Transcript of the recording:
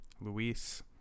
Luis